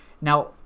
now